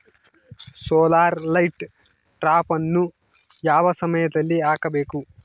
Solar light ಟ್ರಾಪನ್ನು ಯಾವ ಸಮಯದಲ್ಲಿ ಹಾಕಬೇಕು?